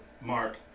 mark